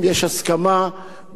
יש פריסה לחמש שנים.